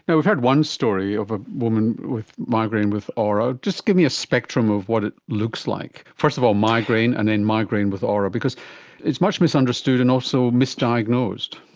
but we've heard one story of a woman with migraine with aura. just give me a spectrum of what it looks like, first of all migraine and then migraine with aura. because it's much misunderstood and also misdiagnosed.